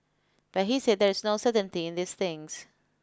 but he said there is no certainly in these things